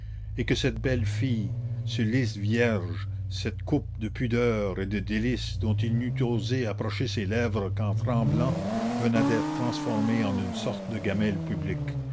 et que cette belle fille ce lys vierge cette coupe de pudeur et de délices dont il n'eût osé approcher ses lèvres qu'en tremblant venait d'être transformée en une sorte de gamelle publique